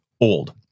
old